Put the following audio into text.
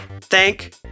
Thank